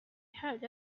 heard